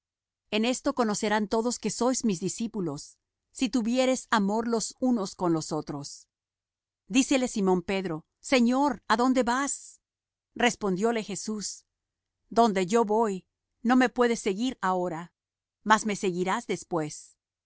en esto conocerán todos que sois mis discípulos si tuviereis amor los unos con los otros dícele simón pedro señor adónde vas respondióle jesús donde yo voy no me puedes ahora seguir mas me seguirás después